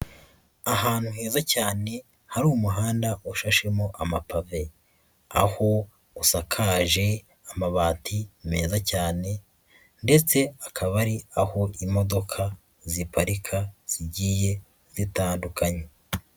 Ahantu heza cyane, hari umuhanda washashemo amapave. Aho usakaje amabati meza cyane ndetse akaba ari aho imodoka ziparika, zigiye zitandukanye.